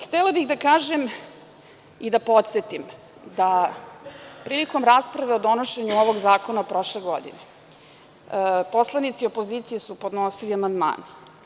Htela bih da kažem i da podsetim da, prilikom rasprave o donošenju ovog zakona prošle godine, poslanici opozicije su podnosili amandmane.